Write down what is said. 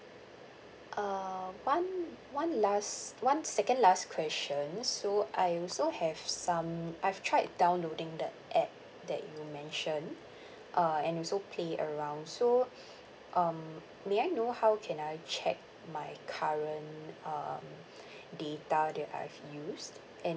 uh one one last one second last question so I also have some I've tried downloading the app that you mentioned uh and also play around so um may I know how can I check my current uh data that I've used and